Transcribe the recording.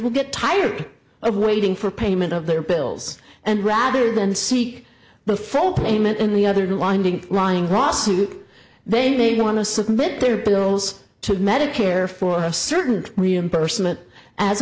will get tired of waiting for payment of their bills and rather than see the full payment in the other two winding lying rossi's they may want to submit their bills to medicare for a certain reimbursement as